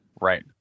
Right